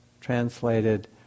translated